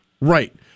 Right